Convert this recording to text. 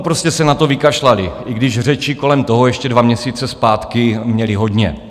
Prostě se na to vykašlali, i když řečí kolem toho ještě dva měsíce zpátky měli hodně.